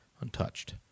Untouched